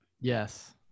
Yes